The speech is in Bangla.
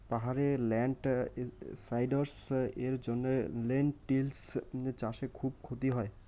পাহাড়ে ল্যান্ডস্লাইডস্ এর জন্য লেনটিল্স চাষে খুব ক্ষতি হয়